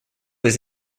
was